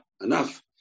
enough